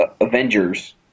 Avengers